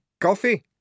coffee